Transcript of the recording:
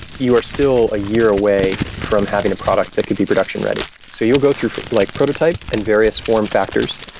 you are still a year away from having a product that could be production ready. so you'll go through like prototype and various form factors.